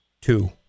two